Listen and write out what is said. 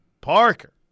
Parker